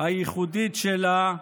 הייחודית שלה,